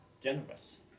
generous